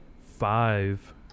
five